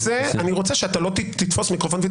אני רוצה שאתה לא תתפוס מיקרופון.